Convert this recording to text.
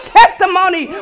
testimony